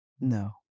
No